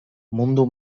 mundu